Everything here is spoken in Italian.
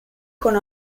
con